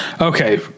Okay